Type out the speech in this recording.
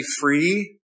free